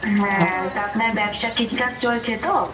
হ্যাঁ তা আপনার ব্যবসা ঠিকঠাক চলছে তো